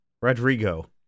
Rodrigo